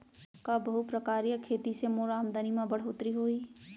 का बहुप्रकारिय खेती से मोर आमदनी म बढ़होत्तरी होही?